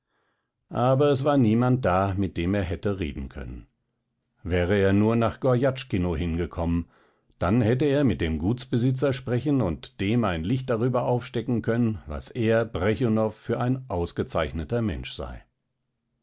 aber es war niemand da mit dem er hätte reden können wäre er nur nach gorjatschkino hingekommen dann hätte er mit dem gutsbesitzer sprechen und dem ein licht darüber aufstecken können was er brechunow für ein ausgezeichneter mensch sei